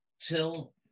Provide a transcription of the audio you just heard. till